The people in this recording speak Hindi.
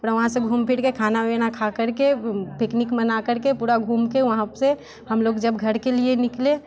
फिर वहाँ से घूम फिर के खाना वाना खाकर के पिकनिक मनाकर के पूरा घूम के वहाँ से हम लोग जब घर के लिए निकले